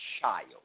child